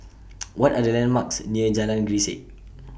What Are The landmarks near Jalan Grisek